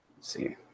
See